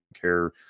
care